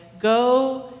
go